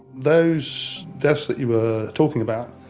those deaths that you were talking about,